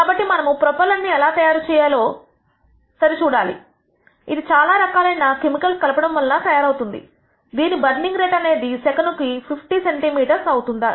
కాబట్టి మనము ప్రొపెల్లెంట్ ఎలా తయారు చేశారో సరి చూడాలి ఇది చాలా రకాలైన కెమికల్స్ కలపడం వలన తయారవుతుంది దీని బర్నింగ్ రేట్ అనేది సెకనుకి 50 సెంటీమీటర్ అవుతుందా